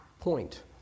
point